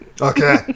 okay